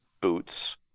boots